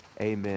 amen